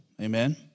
amen